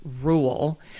rule